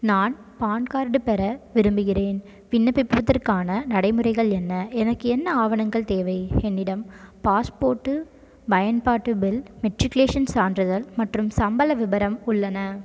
நான் PAN card பெற விரும்புகின்றேன் விண்ணப்பிப்பதற்கான நடைமுறைகள் என்ன எனக்கு என்ன ஆவணங்கள் தேவை என்னிடம் பாஸ்போர்ட் பயன்பாட்டு பில் மெட்ரிகுலேஷன் சான்றிதழ் மற்றும் சம்பள விபரம் உள்ளன